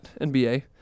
NBA